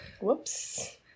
Whoops